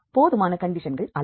போதுமான கண்டிஷன்கள் அல்ல